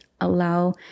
Allow